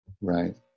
Right